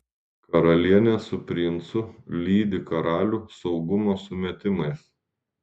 karalienė su princu lydi karalių saugumo sumetimais